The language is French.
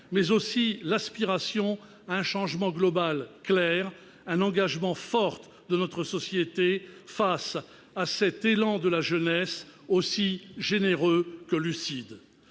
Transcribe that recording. mais aussi leur aspiration à un changement global clair. Il faut un engagement fort de notre société face à cet élan de la jeunesse, aussi généreux que lucide.